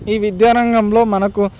ఈ విద్య రంగంలో మనకు